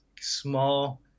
small